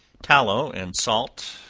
tallow and salt,